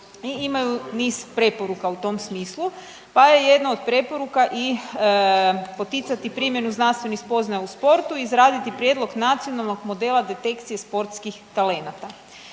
imaju niz preporuka u tom smislu. Pa je jedna od preporuka i poticati primjenu znanstvenih spoznaja u sportu, izraditi prijedlog nacionalnog modela detekcije sportskih talenata.